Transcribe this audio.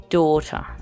daughter